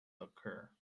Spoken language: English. occur